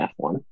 F1